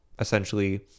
essentially